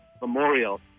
Memorial